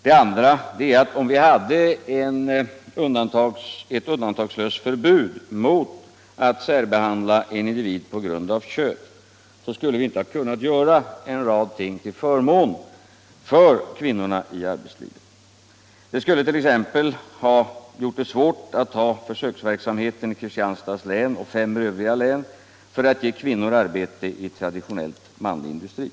Det andra som jag vill påpeka är att om vi hade ett undantagslöst förbud mot att särbehandla en individ på grund av kön, så skulle vi inte ha kunnat göra en rad saker till förmån för kvinnorna i arbetslivet. Det skulle t.ex. ha varit svårt att bedriva försöksverksamheten i Kristianstads län och fem övriga län för att ge kvinnor arbete i traditionellt. manlig industri.